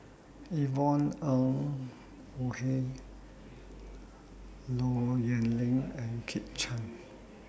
Yvonne Ng Uhde Low Yen Ling and Kit Chan